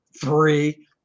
three